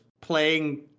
playing